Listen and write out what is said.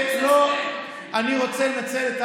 ההסתה המתגלגלת הזאת, לא את התחלת בה.